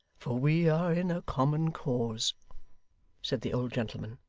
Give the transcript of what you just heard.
for we are in a common cause said the old gentleman.